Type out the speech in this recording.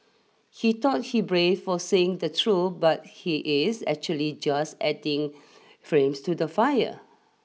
he thought he brave for saying the true but he is actually just adding flames to the fire